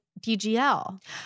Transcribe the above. DGL